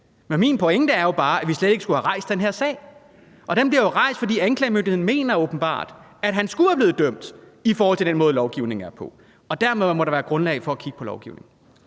men min pointe er jo bare, at vi slet ikke skulle have rejst den her sag. Og den blev jo rejst, fordi anklagemyndigheden åbenbart mener, at han skulle være blevet dømt, i forhold til den måde lovgivningen er på, og dermed må der være grundlag for at kigge på lovgivningen.